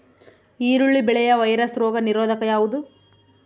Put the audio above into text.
ಈರುಳ್ಳಿ ಬೆಳೆಯ ವೈರಸ್ ರೋಗ ನಿರೋಧಕ ಯಾವುದು?